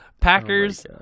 Packers